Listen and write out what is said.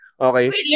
Okay